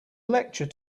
lecture